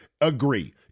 agree